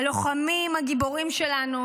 הלוחמים הגיבורים שלנו,